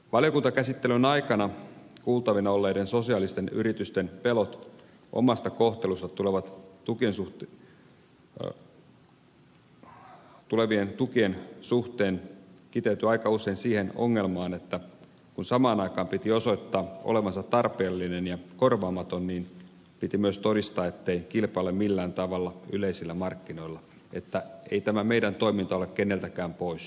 valiokuntakäsittelyn aikana kuultavina olleiden sosiaalisten yritysten pelot omasta kohtelustaan tulevien tukien suhteen kiteytyvät aika usein siihen ongelmaan että kun samaan aikaan piti osoittaa olevansa tarpeellinen ja korvaamaton niin piti myös todistaa ettei kilpaile millään tavalla yleisillä markkinoilla että ei tämä meidän toiminta ole keneltäkään pois